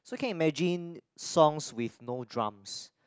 so can you imagine songs with no drums